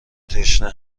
تشنه